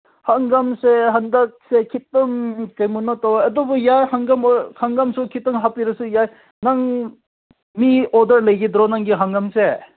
ꯍꯪꯒꯥꯝꯁꯦ ꯍꯟꯗꯛꯁꯦ ꯈꯤꯇꯪ ꯀꯩꯅꯣꯝꯃ ꯇꯧꯋꯦ ꯑꯗꯨꯕꯨ ꯌꯥꯏ ꯍꯪꯒꯥꯝ ꯍꯪꯒꯥꯝꯁꯨ ꯈꯤꯇꯪ ꯍꯥꯞꯄꯤꯔꯁꯨ ꯌꯥꯏ ꯅꯪ ꯃꯤ ꯑꯣꯗꯔ ꯂꯩꯒꯗ꯭ꯔꯣ ꯅꯪꯒꯤ ꯍꯪꯒꯥꯝꯁꯦ